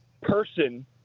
person